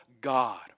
God